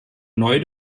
neu